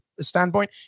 standpoint